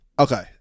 Okay